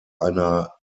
einer